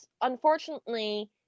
Unfortunately